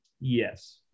yes